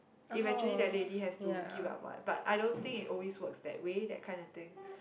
eventually the lady has to give up what but I don't think it always works that way that kind of thing